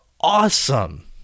awesome